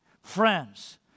Friends